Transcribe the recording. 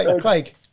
Craig